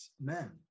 men